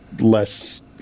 less